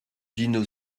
dino